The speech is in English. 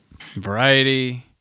Variety